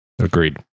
Agreed